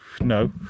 No